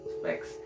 specs